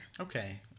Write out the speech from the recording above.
Okay